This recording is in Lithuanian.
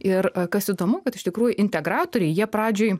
ir kas įdomu kad iš tikrųjų integratoriai jie pradžioj